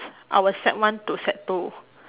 I was sec one to sec two